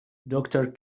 doctor